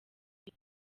kuri